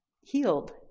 healed